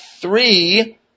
three